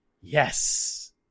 yes